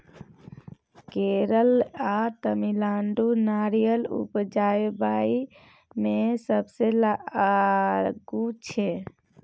केरल आ तमिलनाडु नारियर उपजाबइ मे सबसे आगू छै